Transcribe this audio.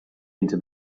into